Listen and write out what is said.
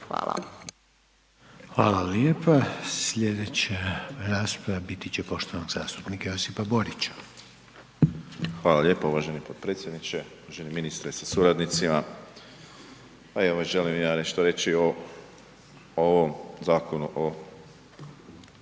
(HDZ)** Hvala lijepa. Sljedeća rasprava biti će poštovanog zastupnika Josipa Borića. **Borić, Josip (HDZ)** Hvala lijepo uvaženi potpredsjedniče. Uvaženi ministre sa suradnicima. Pa evo, želim i ja nešto reći o ovom Zakonu o